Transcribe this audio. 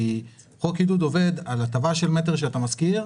כי חוק עידוד עובד על הטבה של מטר, שאתה משכיר,